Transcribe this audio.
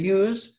use